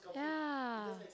yeah